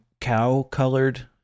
cow-colored